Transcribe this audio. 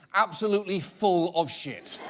absolutely full of shit.